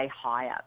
higher